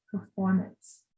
performance